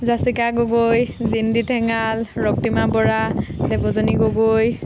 Jessica Gogoi Jondi Thengal Roktima Bora Debajani Gogoi